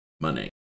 Money